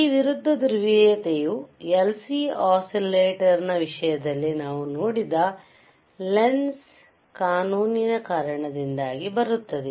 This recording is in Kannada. ಈ ವಿರುದ್ಧ ಧ್ರುವೀಯತೆಯು LC ಒಸಿಲೇಟಾರ್ನ ವಿಷಯದಲ್ಲಿ ನಾವು ನೋಡಿದ ಲೆನ್ಜ್ ಕಾನೂನಿನ ಕಾರಣದಿಂದಾಗಿ ಬರುತ್ತದೆ